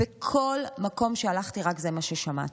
בכל מקום שהלכתי, רק זה מה ששמעתי,